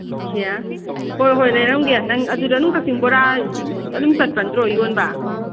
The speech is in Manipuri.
ꯁꯤꯌ ꯍꯣꯏ ꯍꯣꯏ ꯂꯩꯔꯝꯒꯦ ꯅꯪ ꯑꯗꯨꯗ ꯑꯗꯨꯝ ꯀꯛꯆꯤꯡ ꯕꯣꯔꯥ ꯑꯗꯨꯝ ꯆꯠꯄ ꯅꯠꯇ꯭ꯔꯣ ꯌꯣꯟꯕ